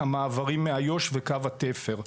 ירדן, המעברים מאיו״ש וקו התפר: